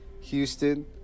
Houston